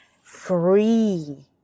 free